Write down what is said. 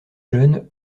jeune